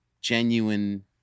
genuine